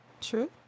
true